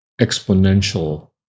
exponential